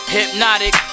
Hypnotic